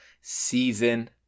season